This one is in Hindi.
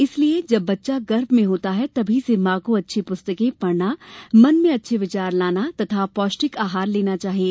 इसलिये जब बच्चा गर्भ में होता है तभी से माँ को अच्छी पुस्तकें पढ़ना मन मेँ अच्छे विचार लाना तथा पौष्टिक आहार लेना चाहिए